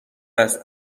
است